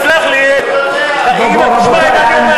תסלח לי, תשמע את מה שאני אומר לך.